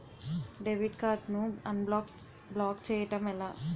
Debit card ను unblock block చేయటం ఎలా?